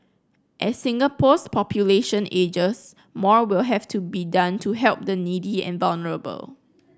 as Singapore's population ages more will have to be done to help the needy and vulnerable